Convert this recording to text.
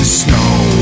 snow